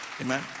amen